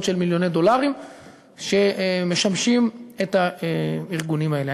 של מיליוני דולרים שמשמשים את הארגונים האלה.